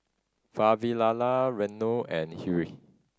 Vavilala Renu and Hiri